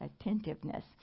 attentiveness